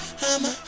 I'ma